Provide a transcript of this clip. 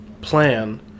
plan